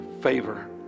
favor